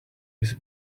his